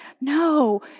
No